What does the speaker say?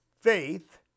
faith